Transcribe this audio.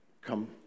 come